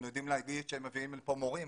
אנחנו יודעים להגיד שהן מביאות לכאן מורים.